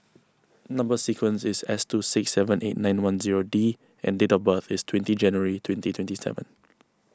Number Sequence is S two six seven eight nine one zero D and date of birth is twenty January twenty twenty seven